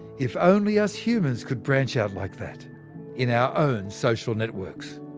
if only us humans could branch out like that in our own social networks.